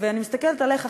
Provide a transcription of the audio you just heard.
אני מסתכלת עליך,